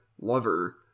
lover